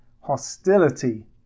hostility